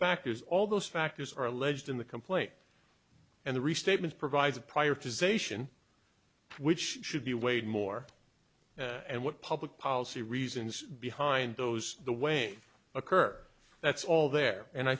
factors all those factors are alleged in the complaint and the restatement provides a prior to zation which should be weighed more and what public policy reasons behind those the way occur that's all there and i